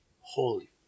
Holy